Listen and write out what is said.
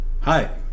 Hi